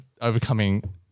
overcoming